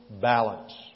balance